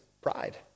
pride